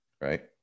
Right